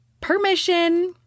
permission